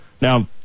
Now